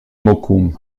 mokoum